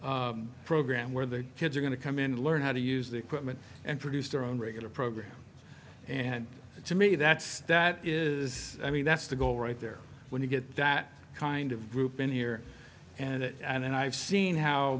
sport program where the kids are going to come in and learn how to use the equipment and produce their own regular program and to me that's that is i mean that's the goal right there when you get that kind of group in here and it and i've seen how